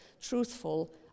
truthful